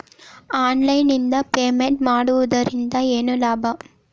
Online ನಿಂದ payment ಮಾಡುವುದರಿಂದ ಏನು ಲಾಭ?